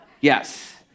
yes